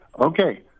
Okay